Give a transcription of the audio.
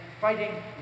fighting